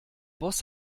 boss